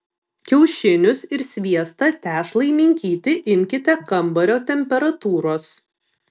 kiaušinius ir sviestą tešlai minkyti imkite kambario temperatūros